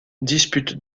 dispute